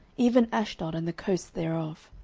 even ashdod and the coasts thereof.